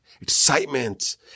excitement